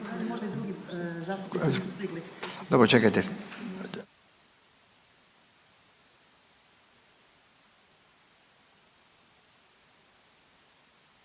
Dobro čekajte.